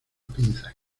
pinza